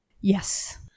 Yes